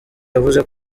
yavuze